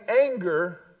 anger